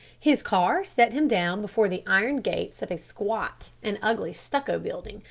his car set him down before the iron gates of a squat and ugly stucco building,